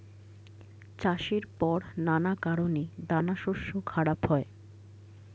চাষের পর নানা কারণে দানাশস্য খারাপ হয়